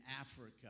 Africa